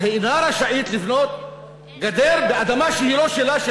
אבל היא אינה רשאית לבנות גדר באדמה שהיא לא שלה,